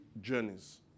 journeys